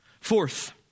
Fourth